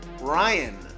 Ryan